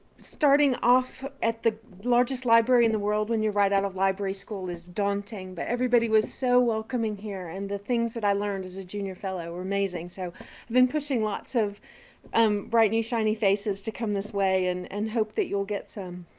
starting off at the largest library in the world when you're right of library school is daunting. but everybody was so welcoming here and the things that i learned as a junior fellow were amazing. so i've been pushing lots of um bright new shiny faces to come this way and and hope that you'll get some.